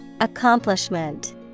Accomplishment